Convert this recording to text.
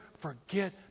forget